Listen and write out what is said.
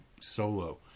solo